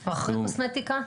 הוא אחרי קוסמטיקה?